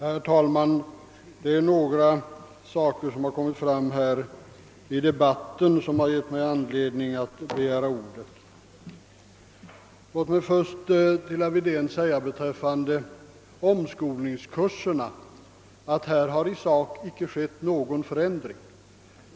Herr talman! Jag har begärt ordet med anledning av en del uttalanden som gjorts i denna debatt. Låt mig först för herr Wedén beträffande omskolningskurserna framhålla, att det härvidlag i sak icke inträffat någon förändring.